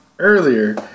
Earlier